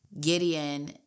Gideon